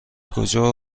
کجا